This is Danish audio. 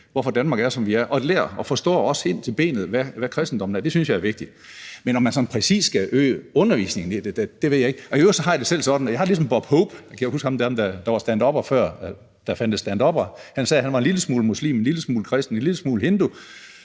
hvorfor vi i Danmark er, som vi er, og også lærer og forstår ind til benet, hvad kristendommen er. Det synes jeg er vigtigt. Men om man sådan præcis skal øge undervisningen i det, ved jeg ikke. I øvrigt har jeg det selv ligesom Bob Hope – kan I huske ham, der var standupper, før der fandtes standuppere? – som sagde, at han var en lille smule muslim, en lille smule kristen, en lille smule hindu